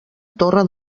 torre